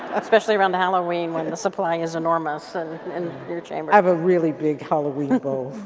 especially around halloween when the supply is enormous. and and um i have a really big halloween bowl.